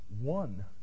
one